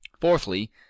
fourthly